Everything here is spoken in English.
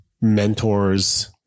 mentors